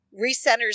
recenters